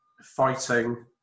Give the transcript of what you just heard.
fighting